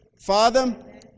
Father